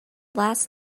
last